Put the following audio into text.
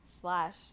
slash